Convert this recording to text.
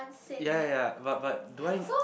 ya ya ya but but do I